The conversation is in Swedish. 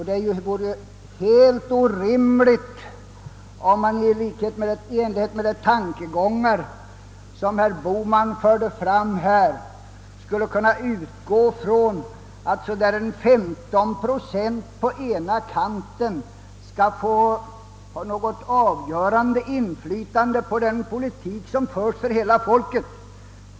Det vore helt orimligt om man, i enlighet med de tankegångar herr Bohman förde fram här, skulle låta cirka 15 procent väljare på den ena kanten få något avgörande inflytande på den politik som förs för hela folket.